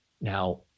Now